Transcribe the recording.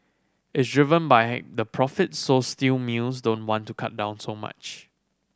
it's driven by the profits so steel mills don't want to cut down so much